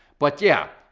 but yeah,